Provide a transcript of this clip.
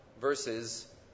versus